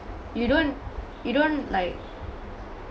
you don't you don't like